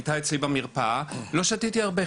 הייתה אצלי במרפאה ילדה חרדית שאמרה שלא שתתה הרבה,